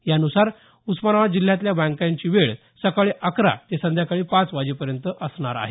यानुसार उस्मानाबाद जिल्ह्यातल्या बँकांची वेळ सकाळी अकरा ते संध्याकाळी पाचवाजेपर्यंत असणार आहे